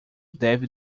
deve